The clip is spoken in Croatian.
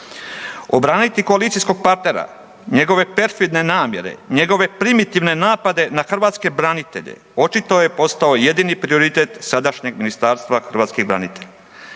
Obraniti koalicijskog partnera, njegove perfidne namjere, njegove primitivne napade na hrvatske branitelje, očito je postao jedini prioritet sadašnjeg Ministarstva hrvatskih branitelja.